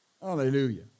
Hallelujah